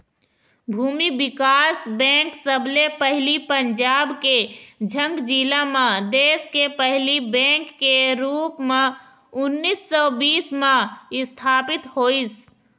भूमि बिकास बेंक सबले पहिली पंजाब के झंग जिला म देस के पहिली बेंक के रुप म उन्नीस सौ बीस म इस्थापित होइस